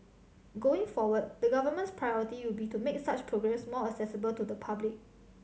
going forward the Government's priority will be to make such programmes more accessible to the public